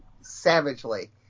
savagely